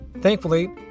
Thankfully